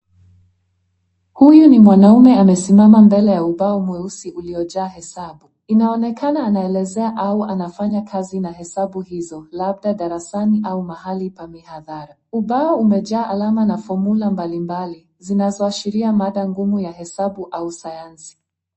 Huyu ni mwanaume amesimama mbele ya ubao mweusi uliyojaa hesabu. Inaonekana anaelezea au anafanya kazi na hesabu hizo, labda darasani au mahali pa mihadhara. Ubao umejaa alama na fomula mbalimbali, zinazoashiria mada ngumu ya hesabu au sayansi.